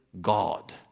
God